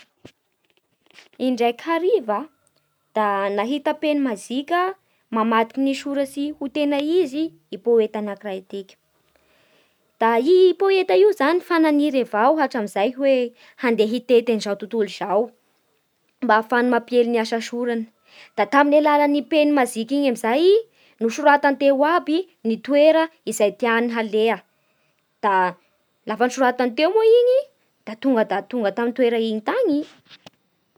Indray hariva da nahita peno majika mamaky ny soratsy ho tena izy i poeta anakiraiky tiky. Da io poeta io zany efa naniry avao hatram'izay hoe nadeha titety an'izao tontolo izao mba ahafahany mapieli ny asa sorany Da tamin'ny alalan'ny peno majika iny amin'izay nosoratany teo aby ny toera izay tiany haleha, da lafa nosoratany teo moa igny da tonga da tonga tamin'ny toera iny tany i